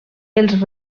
els